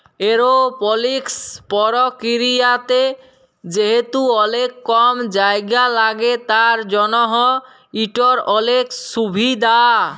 এরওপলিকস পরকিরিয়াতে যেহেতু অলেক কম জায়গা ল্যাগে তার জ্যনহ ইটর অলেক সুভিধা